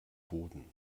boden